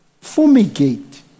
fumigate